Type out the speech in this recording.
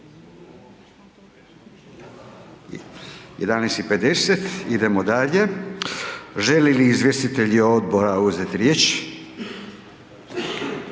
11,50h, idemo dalje. Žele li izvjestitelji odbora uzeti riječ?